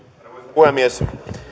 puhemies